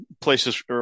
places